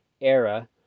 era